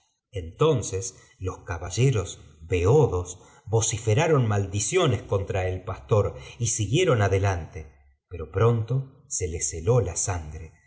entonces los caballeros beodos vociferaron maldiciones contra el pastor y siguieron adelante pero pronto se les heló la sangre